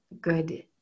good